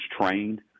trained